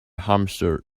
hamster